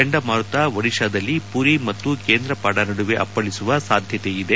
ಚಂಡಮಾರುತ ಒಡಿಶಾದಲ್ಲಿ ಪುರಿ ಮತ್ತು ಕೇಂದ್ರಪಾಡ ನಡುವೆ ಅಪ್ಪಳಿಸುವ ಸಾಧ್ಯತೆಯಿದೆ